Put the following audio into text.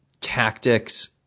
tactics